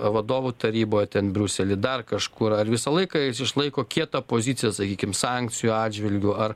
vadovų taryboje ten briusely dar kažkur ar visą laiką jis išlaiko kietą poziciją sakykim sankcijų atžvilgiu ar